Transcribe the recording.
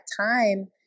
time